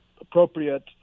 appropriate